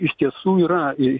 iš tiesų yra ir